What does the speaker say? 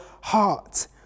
heart